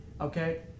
Okay